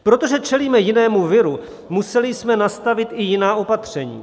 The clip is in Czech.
Protože čelíme jinému viru, museli jsme nastavit i jiná opatření.